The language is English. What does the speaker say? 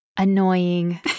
annoying